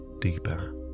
deeper